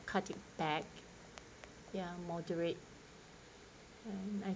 cutting back ya moderate and I